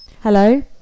hello